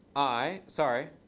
i. sorry,